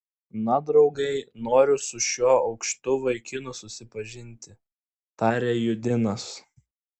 na draugai noriu su šiuo aukštu vaikinu susipažinti tarė judinas